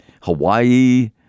Hawaii